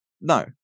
No